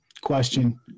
question